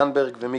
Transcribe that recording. הכנסת ועדת הכנסת.